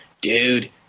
dude